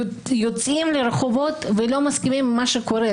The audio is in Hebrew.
יוצאים לרחובות ולא מסכימים עם מה שקורה כאן.